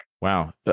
Wow